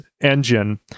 engine